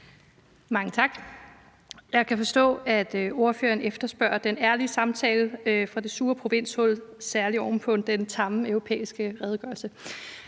Mange tak. Jeg kan forstå, at ordføreren efterspørger den ærlige samtale fra det sure provinshul, særlig oven på den tamme EU-redegørelse.